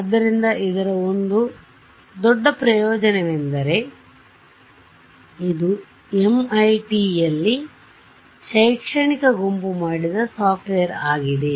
ಆದ್ದರಿಂದ ಇದರ ಒಂದು ದೊಡ್ಡ ಪ್ರಯೋಜನವೆಂದರೆ ಇದು ಎಂಐಟಿಯಲ್ಲಿನ ಶೈಕ್ಷಣಿಕ ಗುಂಪು ಮಾಡಿದ ಸಾಫ್ಟ್ವೇರ್ ಆಗಿದೆ